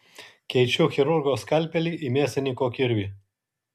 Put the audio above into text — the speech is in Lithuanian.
keičiu chirurgo skalpelį į mėsininko kirvį